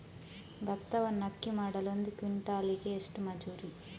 ಭತ್ತವನ್ನು ಅಕ್ಕಿ ಮಾಡಲು ಒಂದು ಕ್ವಿಂಟಾಲಿಗೆ ಎಷ್ಟು ಮಜೂರಿ?